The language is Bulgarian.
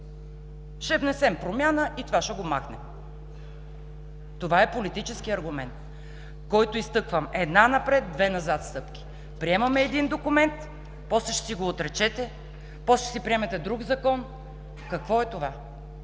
Ще внесем промяна и това ще го махнем“. Това е политически аргумент, който изтъквам – една напред, две назад стъпки. Приемате един документ, после ще си го отречете, после ще си приемете друг закон. Какво е това?!